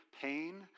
pain